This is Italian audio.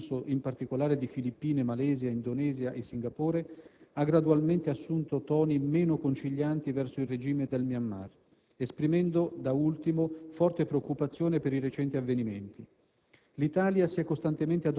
Anche l'ASEAN - su impulso in particolare di Filippine, Malesia, Indonesia e Singapore - ha gradualmente assunto toni meno concilianti verso il regime del Myanmar, esprimendo da ultimo forte preoccupazione per i più recenti avvenimenti.